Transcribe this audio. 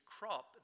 crop